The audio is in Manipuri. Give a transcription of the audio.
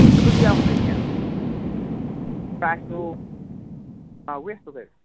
ꯑꯗꯨꯗꯤ ꯌꯥꯝ ꯐꯩꯅꯦ ꯄ꯭ꯔꯥꯏꯁꯇꯨ ꯑꯥ ꯋꯦꯁꯇꯨ ꯀꯔꯤ